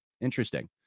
Interesting